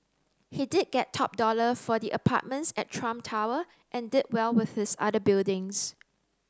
he did get top dollar for the apartments at Trump Tower and did well with his other buildings